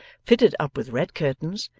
fitted up with red curtains,